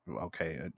okay